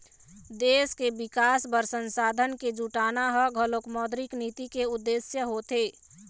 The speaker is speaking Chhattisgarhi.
देश के बिकास बर संसाधन के जुटाना ह घलोक मौद्रिक नीति के उद्देश्य होथे